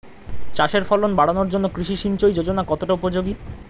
চাষের ফলন বাড়ানোর জন্য কৃষি সিঞ্চয়ী যোজনা কতটা উপযোগী?